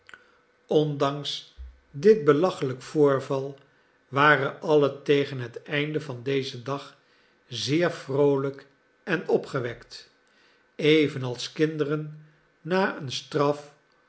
ondanks dit belachelijk voorval waren allen tegen het einde van dezen dag zeer vroolijk en opgewekt evenals kinderen na een straf